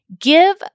Give